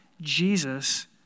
Jesus